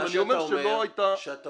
אבל אני אומר שלא הייתה --- מה שאתה